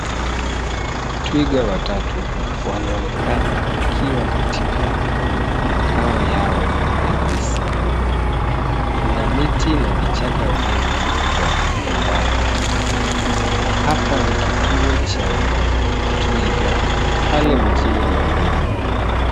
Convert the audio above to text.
Twiga watatu wanaonekana wakiwa katika makao yao halisi . Kuna miti na vichaka vingi kwa umbali. Hapa ni kituo cha twiga pale mjini Nairobi.